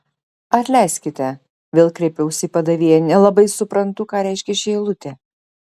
atleiskite vėl kreipiausi į padavėją nelabai suprantu ką reiškia ši eilutė